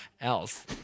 else